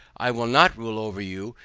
i will not rule over you,